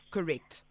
Correct